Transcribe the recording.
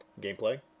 gameplay